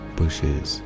bushes